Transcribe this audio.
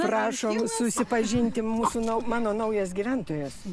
prašom susipažinti mūsų nau mano naujas gyventojas